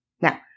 Now